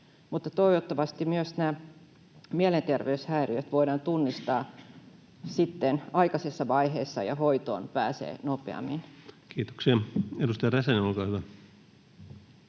toivottavasti myös nämä mielenterveyshäiriöt voidaan tunnistaa aikaisessa vaiheessa ja hoitoon pääsee nopeammin. [Speech 25] Speaker: